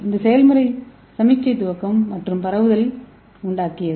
இந்த செயல்முறை சமிக்ஞை துவக்கம் மற்றும் பரவுதலை உள்ளடக்கியது